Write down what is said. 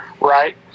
right